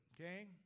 okay